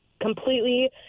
Completely